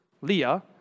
Leah